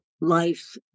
life